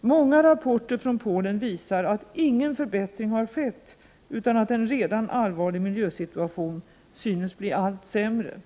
Många rapporter från Polen visar att ingen förbättring har skett utan att en redan allvarlig miljösituation synes bli allt sämre.